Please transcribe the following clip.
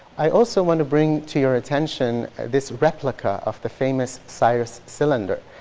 i also want to bring to your attention this replica of the famous cyrus cylinder.